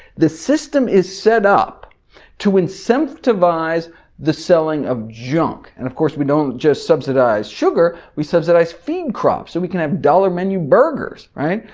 the system is set up to incentivize the selling of junk and of course we don't just subsidize sugar, we subsidize feed crops so we can have dollar-menu burgers, right?